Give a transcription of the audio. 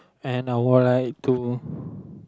and I would like to